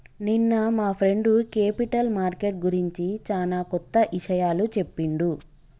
నిన్న మా friend capital market గురించి చానా కొత్త ఇషయాలు చెప్పిండు